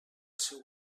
seu